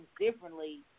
differently